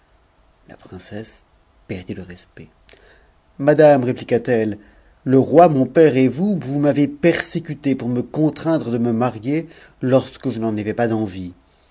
la princesse perdit le respect madame rép qua t elle le roi mon père et vous vous m'avez persécutée pour contraindre de me marier lorsque je n'en avais pas d'envie